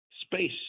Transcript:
space